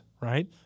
right